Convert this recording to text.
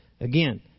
again